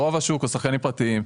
רוב השוק הוא שחקנים פרטיים.